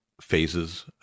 phases